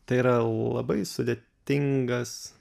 tai yra labai sudėtingas